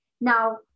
Now